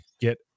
get